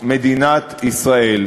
במדינת ישראל.